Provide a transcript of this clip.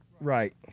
right